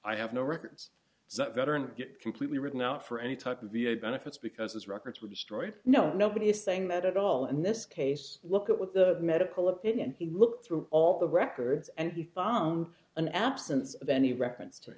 i have no records that veterans get completely written out for any type of v a benefits because his records were destroyed no nobody is saying that at all and this case look at what the medical opinion he looked through all the records and he found an absence of any reference to